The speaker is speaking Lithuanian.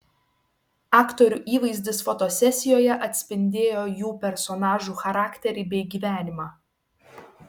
aktorių įvaizdis fotosesijoje atspindėjo jų personažų charakterį bei gyvenimą